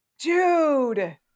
Dude